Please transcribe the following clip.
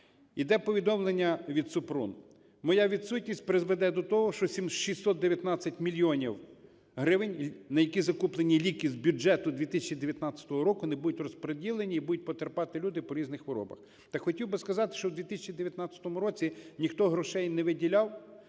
Іде повідомлення від Супрун: "Моя відсутність призведе до того, що 619 мільйонів гривень, на які закуплені ліки з бюджету 2019 року, не будуть розприділені і будуть потерпати люди по різних хворобах". Так хотів би сказати, що в 2019 році ніхто грошей не виділяв,